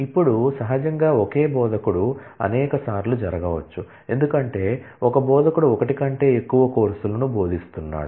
ఇప్పుడు సహజంగా ఒకే బోధకుడు అనేకసార్లు జరగవచ్చు ఎందుకంటే ఒక బోధకుడు ఒకటి కంటే ఎక్కువ కోర్సులను బోధిస్తున్నాడు